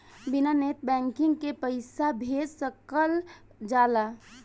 बिना net banking के पईसा भेज सकल जाला?